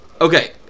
Okay